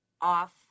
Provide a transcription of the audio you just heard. off